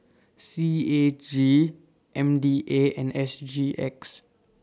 C A G M D A and S G X